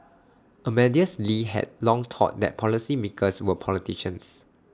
Amadeus lee had long thought that policymakers were politicians